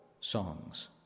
songs